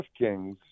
DraftKings